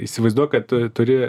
įsivaizduok kad tu turi